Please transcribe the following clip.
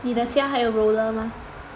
你的家还有 roller 吗